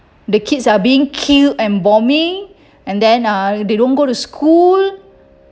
the kids are being killed and bombing and then uh they don't go to school